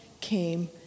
came